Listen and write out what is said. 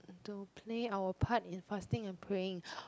to play our part in fasting and praying